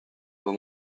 vos